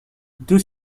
deux